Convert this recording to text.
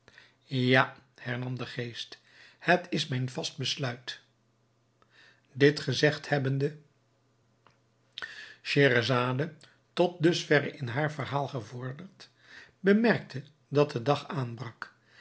ja hernam de geest het is mijn vast besluit dit gezegd hebbende scheherazade tot dusverre in haar verhaal gevorderd bemerkte dat de dag aanbrak